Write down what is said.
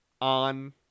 on –